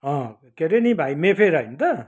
अँ के अरे नि भाइ मे फेयर होइन त